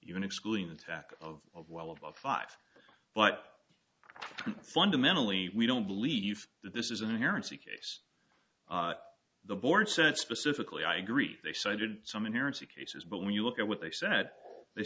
even excluding attack of of well above five but fundamentally we don't believe that this is an inherently case the board said specifically i agree they cited some inerrancy cases but when you look at what they said they